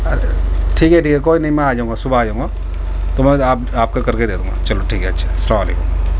ارے ٹھیک ہے ٹھیک ہے کوئی نہیں میں آ جاؤں گا صبح آ جاؤں گا تو میں آپ کا کر کے دیکھوں گا چلو ٹھیک ہے اچھا السلام علیکم